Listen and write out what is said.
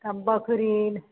तब बकरीद